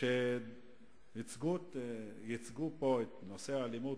כאשר הציגו פה את נושא האלימות,